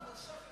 אבל כשאתם,